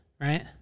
right